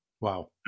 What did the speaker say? Wow